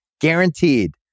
guaranteed